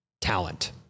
talent